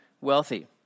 wealthy